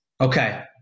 Okay